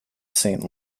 saint